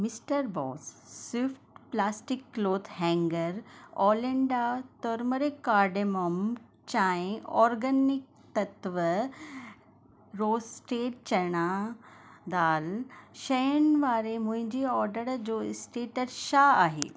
mister boss swift plastic cloth हैंगरु ओलिंडा turmeric cardamom चांहि ऑर्गेनिक तत्त्व रोस्टेड चणा दाल शयुनि वारे मुंहिंजे ऑडर जो स्टेटस छा आहे